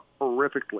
horrifically